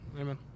Amen